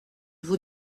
vous